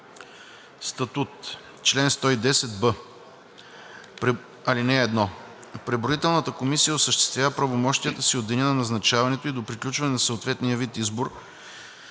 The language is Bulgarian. Статут Чл. 110б. (1) Преброителната комисия осъществява правомощията си от деня на назначаването й до приключване на съответния вид избор,